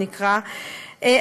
זה נקרא,